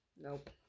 Nope